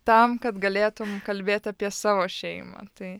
tam kad galėtum kalbėti apie savo šeimą tai